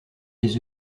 les